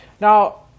Now